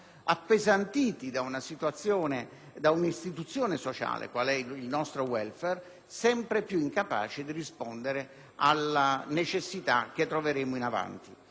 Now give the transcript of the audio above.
appesantiti da un'istituzione sociale quale è il nostro *welfare* sempre più incapace di rispondere alle necessità future. Se si